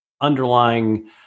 underlying